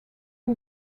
who